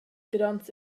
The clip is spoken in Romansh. gronds